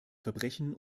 verbrechen